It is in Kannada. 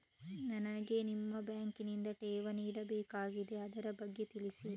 ನನಗೆ ನಿಮ್ಮ ಬ್ಯಾಂಕಿನಲ್ಲಿ ಠೇವಣಿ ಇಡಬೇಕಾಗಿದೆ, ಅದರ ಬಗ್ಗೆ ತಿಳಿಸಿ